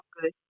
good